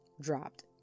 dropped